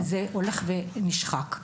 זה הולך ונשחק.